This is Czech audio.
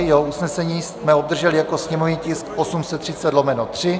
Jeho usnesení jsme obdrželi jako sněmovní tisk 830/3.